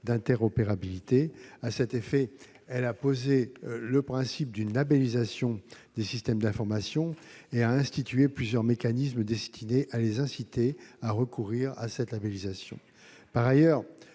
d'interopérabilité. À cet effet, elle a posé le principe d'une labellisation des systèmes d'information et a institué plusieurs mécanismes destinés à les inciter à recourir à cette labellisation. Par ailleurs,